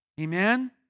Amen